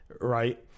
right